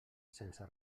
sense